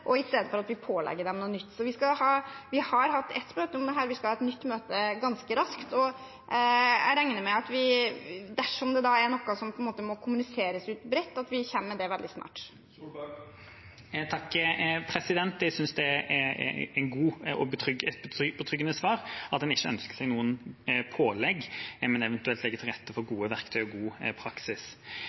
at vi pålegger dem noe nytt. Vi har hatt ett møte om dette og skal ha et nytt ganske raskt. Jeg regner med at dersom noe må kommuniseres ut bredt, kommer vi med det veldig snart. Jeg takker og synes det er et godt og betryggende svar at en ikke ønsker noen pålegg, men eventuelt legger til rette for gode verktøy og god praksis.